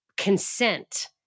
consent